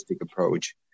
approach